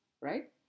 right